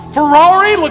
Ferrari